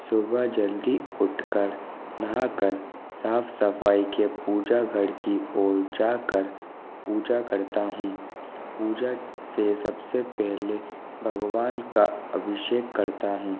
सुबह जल्दी उठकर नहा कर साफ सफाई के पूजा घर की ओर जाकर पूजा करता हूँ पूजा से सबसे पहले भगवान का अभिषेक करता हूँ